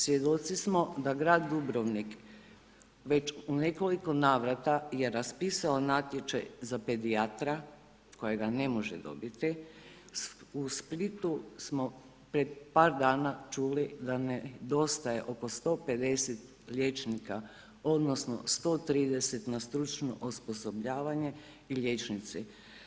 Svjedoci smo da grad Dubrovnik već u nekoliko navrata je raspisao natječaj za pedijatra, kojega ne može dobiti, u Splitu smo pred par dana čuli da nedostaje oko 150 liječnika, odnosno 130 na stručno osposobljavanje i liječnici.